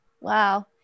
wow